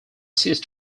ceased